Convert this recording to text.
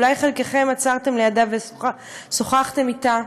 אולי חלקכם עצרתם לידה ושוחחתם אתה.